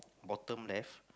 bottom left